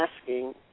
asking